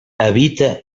evita